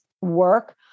work